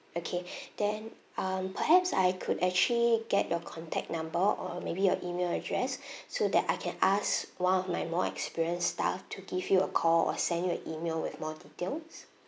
okay then um perhaps I could actually get your contact number or maybe your email address so that I can ask one of my more experienced staff to give you a call or send you a email with more details